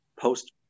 post